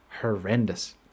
horrendous